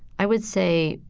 i would say,